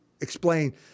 explain